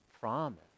promise